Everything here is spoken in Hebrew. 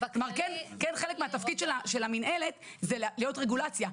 כן חלק מהתפקיד של המינהלת זה להיות רגולציה,